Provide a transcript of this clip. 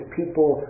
people